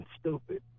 stupid